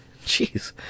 Jeez